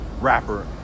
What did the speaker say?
rapper